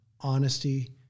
honesty